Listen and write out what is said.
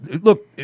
look